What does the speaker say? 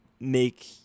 make